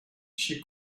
she